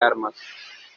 armas